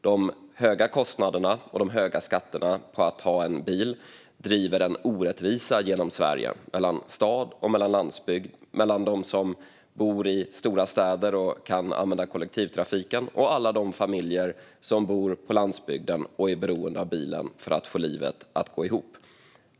De höga kostnaderna och skatterna för att ha bil driver en orättvisa genom Sverige mellan dem som bor i stora städer och kan åka kollektivtrafik och dem som bor på landsbygden och är beroende av bilen för att få livet att gå ihop.